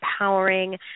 empowering